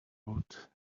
wrote